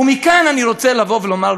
ומכאן אני רוצה לבוא ולומר,